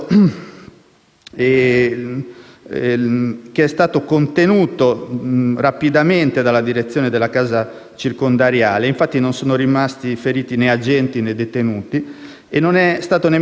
Esso è stato contenuto rapidamente dalla direzione della casa circondariale; infatti, non sono rimasti feriti né agenti né detenuti e non è stato nemmeno necessario chiudere la sezione detentiva.